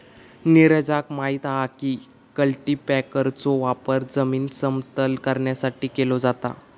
नीरजाक माहित हा की कल्टीपॅकरचो वापर जमीन समतल करण्यासाठी केलो जाता